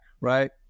right